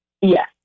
Yes